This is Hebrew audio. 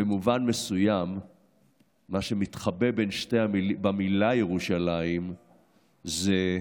במובן מסוים מה שמתחבא במילה ירושלים זה: